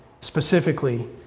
specifically